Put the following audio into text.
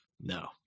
no